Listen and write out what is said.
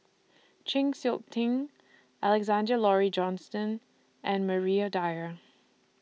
Chng Seok Tin Alexander Laurie Johnston and Maria Dyer